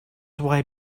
why